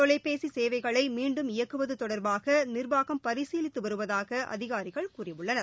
தொலைபேசி சேவைகளை மீண்டும் இயக்குவது தொடர்பாக நிர்வாகம் பரிசீலித்து வருவதாக அதிகாரிகள் கூறியுள்ளனர்